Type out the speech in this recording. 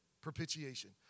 propitiation